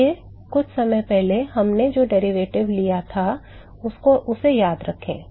इसलिए कुछ समय पहले हमने जो डेरिवेटिव लिया था उसे याद रखें